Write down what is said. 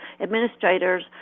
administrators